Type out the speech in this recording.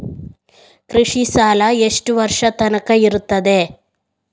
ಕೃಷಿ ಸಾಲ ಎಷ್ಟು ವರ್ಷ ತನಕ ಇರುತ್ತದೆ?